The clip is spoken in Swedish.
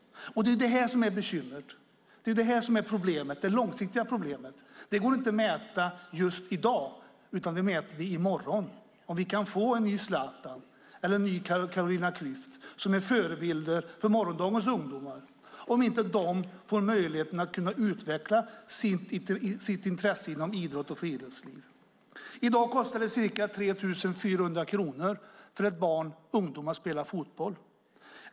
Det är det som är bekymret, det långsiktiga problemet. Det går inte att mäta just i dag, utan det mäter vi i morgon, om vi kan få en Zlatan eller Carolina Klüft som är förebilder för morgondagens ungdomar om de inte får möjligheten att utveckla sitt intresse inom idrott och friluftsliv. I dag kostar det ca 3 400 kronor för ett barn att spela fotboll.